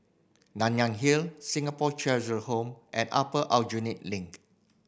Nanyang Hill Singapore Cheshire Home and Upper Aljunied Link